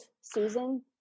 Susan